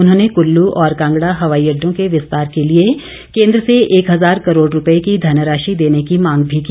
उन्होंने कल्लू और कांगड़ा हवाई अडडो के विस्तार के लिए केंद्र र्स एक हजार करोड़ रुपये की धनराशि देने की मांग भी की